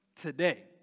today